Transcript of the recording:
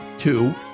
Two